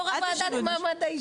הוועדה לקידום מעמד האישה